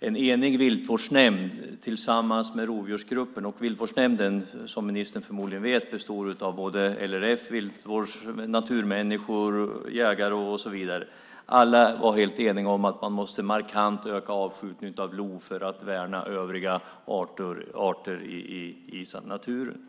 en enig viltvårdsnämnd tillsammans med rovdjursgruppen. Som ministern förmodligen vet består viltvårdsnämnden av LRF, viltvårds och naturmänniskor, jägare och så vidare. Alla var helt eniga om att man markant måste öka avskjutningen av lo för att värna övriga arter i naturen.